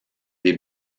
des